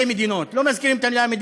לא מזכירים את המילים "שתי מדינות",